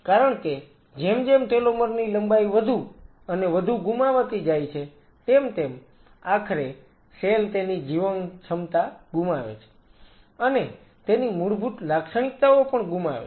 કારણ કે જેમ જેમ ટેલોમર ની લંબાઈ વધુ અને વધુ ગુમાવાતી જાય છે તેમ તેમ આખરે સેલ તેની જીવનક્ષમતા ગુમાવે છે અને તેની મૂળભૂત લાક્ષણિકતાઓ પણ ગુમાવે છે